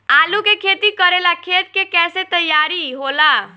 आलू के खेती करेला खेत के कैसे तैयारी होला?